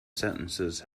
sentences